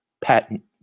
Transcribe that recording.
patent